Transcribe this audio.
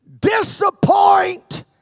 Disappoint